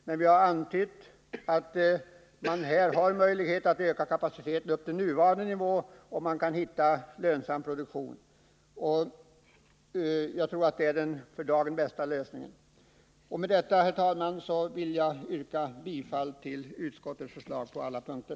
Däremot har vi antytt att det här finns en möjlighet att öka kapaciteten upp till nuvarande nivå, om det är möjligt att finna lönsam produktion. För dagen tror jag att detta är den bästa lösningen. Med detta, herr talman, ber jag att få yrka bifall till utskottets förslag på samtliga punkter.